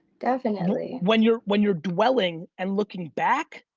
definitely when you're when you're dwelling and looking back,